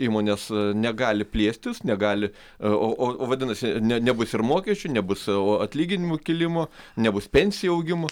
įmonės negali plėstis negali o o vadinasi nebus ir mokesčių nebus atlyginimų kėlimo nebus pensijų augimo